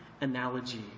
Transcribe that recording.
analogy